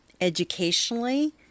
educationally